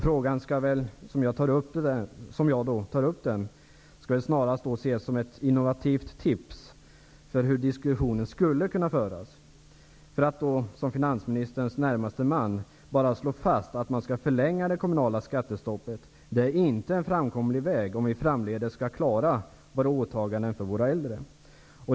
Frågan skall, som jag tar upp den, snarast ses som ett innovativt tips till hur diskussionen skulle kunna föras. Att, som finansministerns närmaste man, bara slå fast att man skall förlänga det kommunala skattestoppet, är inte en framkomlig väg, om vi framdeles skall klara åtagandena för våra äldre.